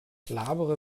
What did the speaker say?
labere